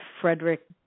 Frederick